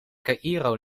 caïro